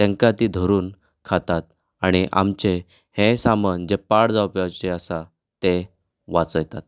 तांकां तीं धरून खातात आनी आमचें हें सामान जें पाड जावपाचें आसा तें वाचयतात